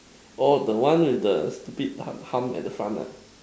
oh the one with the stupid hump at the front ah